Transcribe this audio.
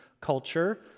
culture